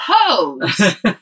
pose